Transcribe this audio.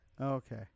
Okay